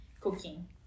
cooking